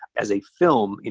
as a film,